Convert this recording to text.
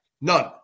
none